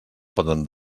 poden